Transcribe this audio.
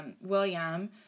William